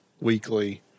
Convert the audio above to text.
weekly